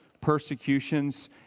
persecutions